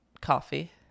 coffee